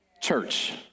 church